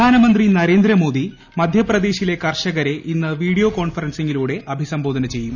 പ്രധാനമന്ത്രി നരേന്ദ്രമോദി മധ്യപ്രദേശിലെ കർഷകരെ ഇന്ന് വീഡിയോ കോൺഫറൻസിലൂടെ അഭിസംബോധന ചെയ്യും